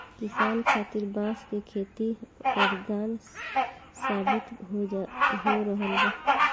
किसान खातिर बांस के खेती वरदान साबित हो रहल बा